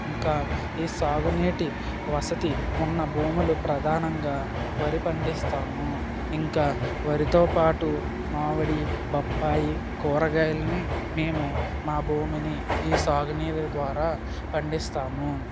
ఇంకా ఈ సాగు నీటి వసతి ఉన్న భూములు ప్రధానంగా వరి పండిస్తాము ఇంకా వరితో పాటు మామిడి బొప్పాయి కూరగాయల్ని మేము మా భూమిని ఈ సాగు నీరు ద్వారా పండిస్తాము